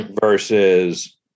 versus